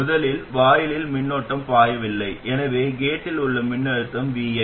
முதலில் வாயிலில் மின்னோட்டம் பாயவில்லை எனவே கேட்டில் உள்ள மின்னழுத்தம் vi